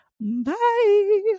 bye